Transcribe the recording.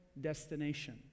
destination